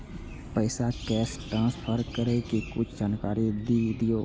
पैसा cash transfer करऐ कि कुछ जानकारी द दिअ